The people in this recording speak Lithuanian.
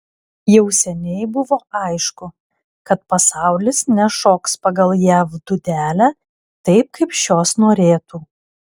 jau seniai buvo aišku kad pasaulis nešoks pagal jav dūdelę taip kaip šios norėtų